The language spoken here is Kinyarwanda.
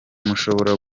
mushobora